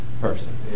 person